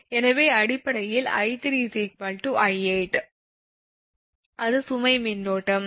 எனவே அடிப்படையில் 𝐼7 𝑖8 அது சுமை மின்னோட்டம்